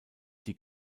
die